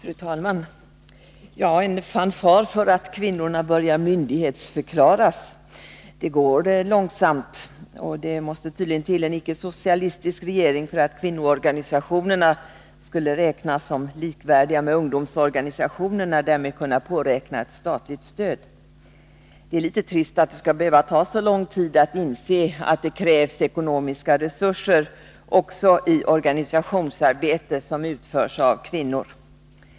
Fru talman! En fanfar för att kvinnorna börjar myndighetsförklaras! Det går långsamt — och det måste tydligen till en icke-socialistisk regering för att kvinnoorganisationerna skulle räknas som likvärdiga med ungdomsorganisationerna och därmed kunna påräkna ett statligt stöd. Det är litet trist att det skall behöva ta så lång tid att inse att det krävs ekonomiska resurser också i organisationsarbete som utförs av kvinnor.